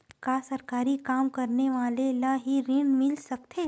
का सरकारी काम करने वाले ल हि ऋण मिल सकथे?